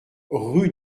rue